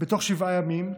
בתוך שבעה ימים,